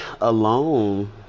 alone